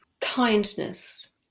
Kindness